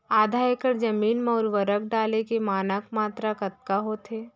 आधा एकड़ जमीन मा उर्वरक डाले के मानक मात्रा कतका होथे?